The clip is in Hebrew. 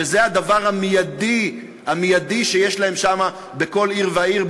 שזה הדבר המיידי שיש להם בכל עיר ועיר,